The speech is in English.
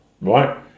right